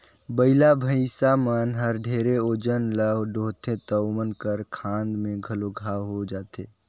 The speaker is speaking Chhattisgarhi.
बइला, भइसा मन हर ढेरे ओजन ल डोहथें त ओमन कर खांध में घलो घांव होये जाथे